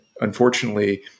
unfortunately